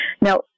Now